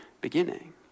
beginning